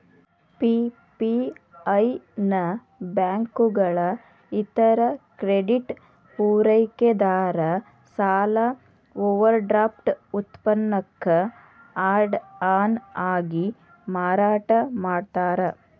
PPI ನ ಬ್ಯಾಂಕುಗಳ ಇತರ ಕ್ರೆಡಿಟ್ ಪೂರೈಕೆದಾರ ಸಾಲ ಓವರ್ಡ್ರಾಫ್ಟ್ ಉತ್ಪನ್ನಕ್ಕ ಆಡ್ ಆನ್ ಆಗಿ ಮಾರಾಟ ಮಾಡ್ತಾರ